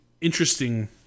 interesting